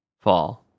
fall